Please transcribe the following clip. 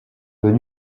veut